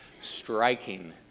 striking